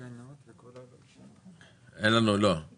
וחלילה, איך אני